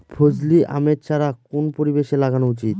ফজলি আমের চারা কোন পরিবেশে লাগানো উচিৎ?